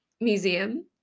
museum